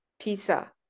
pizza